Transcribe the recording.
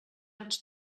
ens